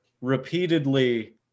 repeatedly